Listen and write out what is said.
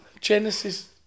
Genesis